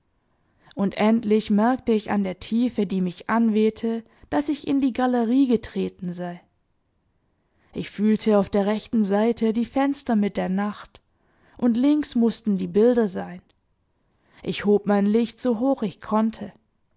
und endlich merkte ich an der tiefe die mich anwehte daß ich in die galerie getreten sei ich fühlte auf der rechten seite die fenster mit der nacht und links mußten die bilder sein ich hob mein licht so hoch ich konnte